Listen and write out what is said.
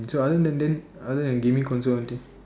so other than that other than gaming consoles